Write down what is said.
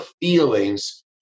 feelings